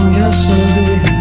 yesterday